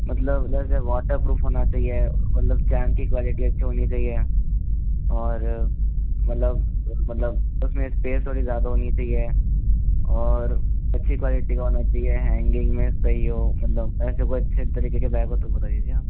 मतलब जैसे वाटरप्रूफ होना चाहिए मतलब केन की क्वालिटी अच्छी होनी चाहिए और मतलब मलतब उसमें स्पेस थोड़ी ज्यादा होनी चाहिए और अच्छी क्वालिटी का होना चाहिए हैंगिंग में सही हो मतलब ऐसे कोई अच्छे तरीके के बैग हो तो बताइए जी आप